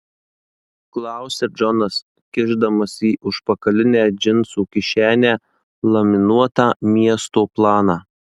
klausia džonas kišdamas į užpakalinę džinsų kišenę laminuotą miesto planą